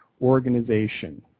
organization